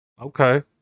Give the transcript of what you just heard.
okay